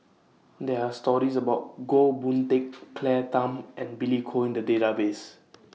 There Are stories about Goh Boon Teck Claire Tham and Billy Koh The Database